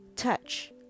Touch